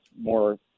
more